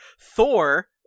thor